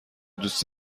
دوست